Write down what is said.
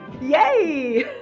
Yay